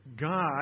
God